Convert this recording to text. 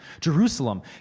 Jerusalem